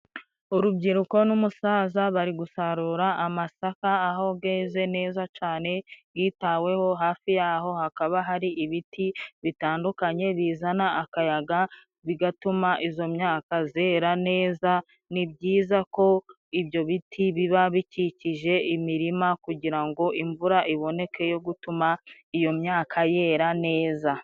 Urubyiruko n'umusaza bari gusarura amasaka aho geze neza cane gitaweho, hafi y'aho hakaba hari ibiti bitandukanye bizana akayaga bigatuma izo myaka zera neza. Ni byiza ko ibyo biti biba bikikije imirima, kugira ngo imvura iboneke yo gutuma iyo myaka yera neza.